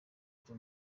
ibyo